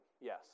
Yes